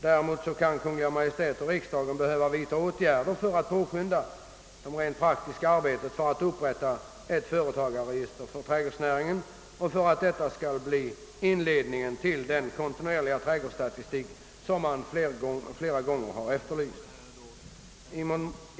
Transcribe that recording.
Däremot kan Kungl. Maj:t och riksdagen behöva vidtaga åtgärder för att påskynda det rent praktiska arbetet för att upprätta ett företagsregister för trädgårdsnäringen och för att detta skall bli inledningen till den kontinuerliga trädgårdsstatistik som flera gånger efterlysts.